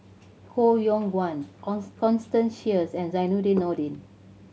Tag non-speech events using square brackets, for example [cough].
Koh Yong Guan [unintelligible] Constance Sheares and Zainudin Nordin